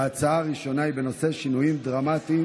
ההצעה הראשונה היא בנושא: שינויים דרמטיים